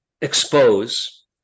expose